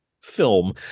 film